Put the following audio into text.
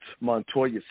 Montoya